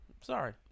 sorry